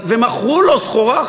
ומכרו לו סחורה,